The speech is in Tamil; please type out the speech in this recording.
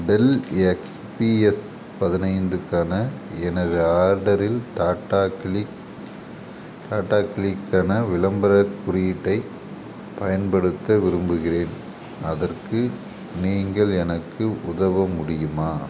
டெல் எக்ஸ் பி எஸ் பதினைந்து க்கான எனது ஆர்டரில் டாட்டா கிளிக் டாட்டா கிளிக் க்கான விளம்பரக் குறியீட்டைப் பயன்படுத்த விரும்புகிறேன் அதற்கு நீங்கள் எனக்கு உதவ முடியுமா